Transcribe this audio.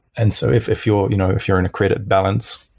and so if if you're you know if you're in a credit balance,